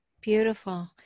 beautiful